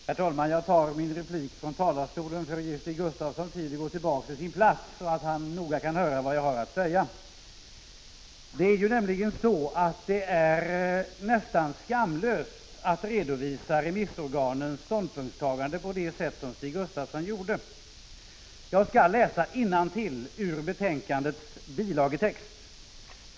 Herr talman! Jag tar min replik från talarstolen för att ge Stig Gustafsson tid att gå tillbaka till sin plats, så att han noga kan höra vad jag har att säga. Det är nästan skamlöst att redovisa remissorganens ståndpunktstaganden på det sätt som Stig Gustafsson gjorde. Jag skall läsa innantill ur betänkandets bilagetext.